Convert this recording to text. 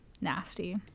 Nasty